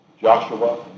Joshua